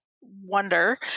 wonder